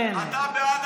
אתה בעד?